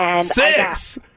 Six